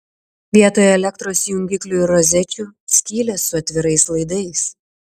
vietoj elektros jungiklių ir rozečių skylės su atvirais laidais